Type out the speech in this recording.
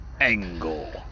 Angle